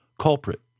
culprit